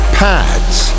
pads